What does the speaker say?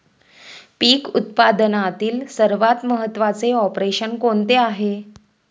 पीक उत्पादनातील सर्वात महत्त्वाचे ऑपरेशन कोणते आहे?